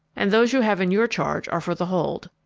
and those you have in your charge are for the hold.